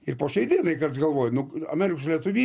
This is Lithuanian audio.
ir po šiai dienai kartais galvoji nu amerikos lietuviai